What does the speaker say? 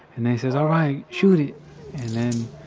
and then, he says, all right! shoot it! then,